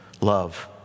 Love